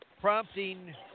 prompting